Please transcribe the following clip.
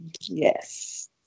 yes